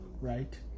right